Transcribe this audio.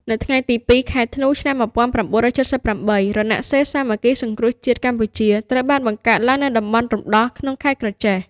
នៅថ្ងៃទី ២ ខែធ្នូ ឆ្នាំ ១៩៧៨ រណសិរ្សសាមគ្គីសង្គ្រោះជាតិកម្ពុជាត្រូវបានបង្កើតឡើងនៅតំបន់រំដោះក្នុងខេត្តក្រចេះ។